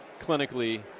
clinically